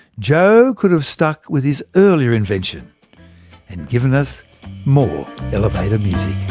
joe could have stuck with his earlier invention and given us more elevator music